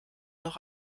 noch